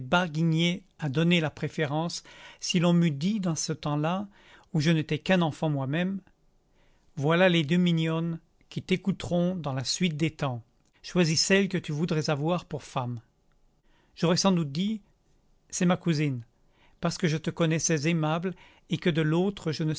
à donner la préférence si l'on m'eût dit dans ce temps-là où je n'étais qu'un enfant moi-même voilà les deux mignonnes qui t'écouteront dans la suite des temps choisis celle que tu voudrais avoir pour femme j'aurais sans doute dit c'est ma cousine parce que je te connaissais aimable et que de l'autre je ne